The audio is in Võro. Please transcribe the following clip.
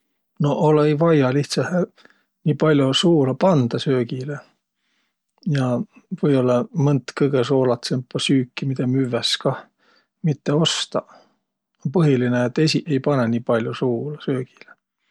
No olõ-õi vaia lihtsähe nii pall'o suula pandaq söögile ja või-ollaq mõnt kõgõ soolatsõmpa süüki, midä müvväs kah, mitte ostaq. No põhilinõ, et esiq ei panõq nii pall'o suula söögile.